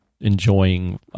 enjoying